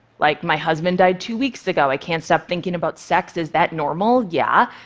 like, my husband died two weeks ago, i can't stop thinking about sex, is that normal? yeah.